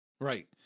Right